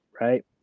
right